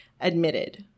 Admitted